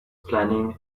planning